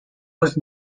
was